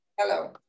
hello